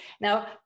now